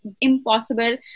impossible